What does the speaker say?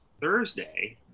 Thursday